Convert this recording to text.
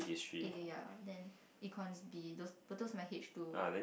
A ya then Econs B those but those are my H two